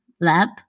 lab